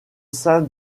sein